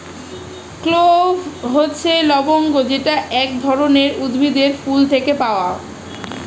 clove হচ্ছে লবঙ্গ যেটা এক ধরনের উদ্ভিদের ফুল থেকে পাওয়া